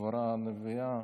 דבורה הנביאה,